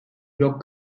yok